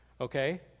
okay